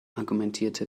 argumentierte